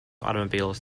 automobiles